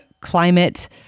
climate